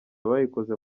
bayikoze